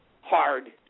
hard